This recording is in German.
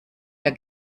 der